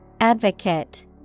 Advocate